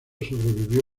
sobrevivió